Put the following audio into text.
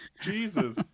Jesus